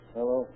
Hello